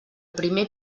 primer